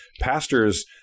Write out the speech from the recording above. Pastors